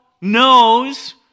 knows